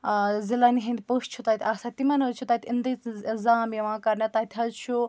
ٲں ضِلعَن ہنٛدۍ پٔژھ چھِ تَتہِ آسان تِمَن حظ چھُ تَتہِ اِنتظام یِوان کَرنہٕ تَتہِ حظ چھُ